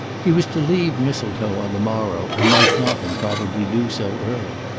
he was to leave mistletoe on the morrow and might not improbably do so early.